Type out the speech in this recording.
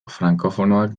frankofonoak